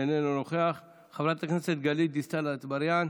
איננו נוכח, חברת הכנסת גלית דיסטל אטבריאן,